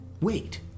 Wait